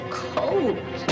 cold